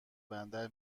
بندر